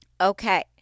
Okay